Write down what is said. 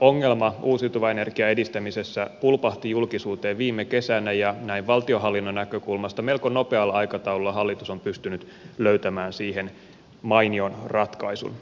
ongelma uusiutuvan energian edistämisessä pulpahti julkisuuteen viime kesänä ja näin valtionhallinnon näkökulmasta melko nopealla aikataululla hallitus on pystynyt löytämään siihen mainion ratkaisun